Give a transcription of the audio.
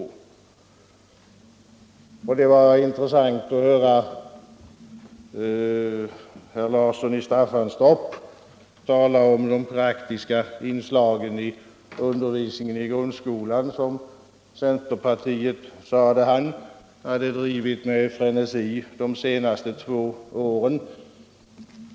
Det var intressant att höra herr Larsson i Staffanstorp tala om de praktiska inslagen i undervisningen i grundskolan som en fråga som centerpartiet, sade han, har drivit med frenesi de senaste två åren.